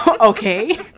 Okay